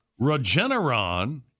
regeneron